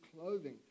clothing